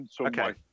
Okay